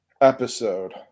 episode